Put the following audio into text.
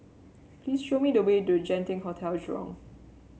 please show me the way to Genting Hotel Jurong